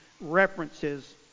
references